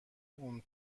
اون